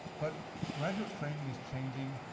but graduate training is changing,